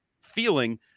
feeling